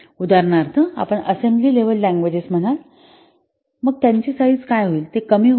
उदाहरणार्थ आपण assembly level languages म्हणाल वगैरेमग त्याची साईझ काय होईल ते कमी होईल